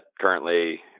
currently